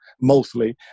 mostly